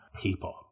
people